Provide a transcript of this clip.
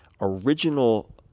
original